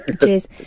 Cheers